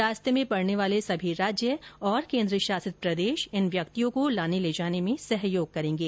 रास्ते में पड़ने वाले सभी राज्य और केन्द्र शासित प्रदेश इन व्यक्तियों को लाने ले जाने में सहयोग करेंगे